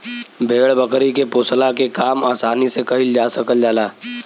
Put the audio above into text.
भेड़ बकरी के पोसला के काम आसानी से कईल जा सकल जाला